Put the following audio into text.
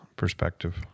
perspective